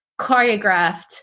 choreographed